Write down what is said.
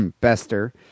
Bester